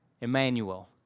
Emmanuel